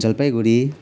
Jalpaiguri